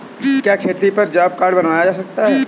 क्या खेती पर जॉब कार्ड बनवाया जा सकता है?